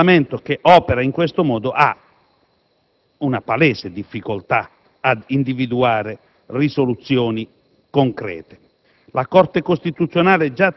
Un'amministrazione e un Parlamento che operano in questo modo hanno una palese difficoltà ad individuare risoluzioni concrete.